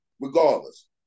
regardless